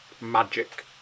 Magic